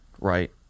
right